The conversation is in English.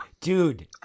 Dude